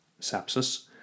sepsis